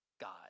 God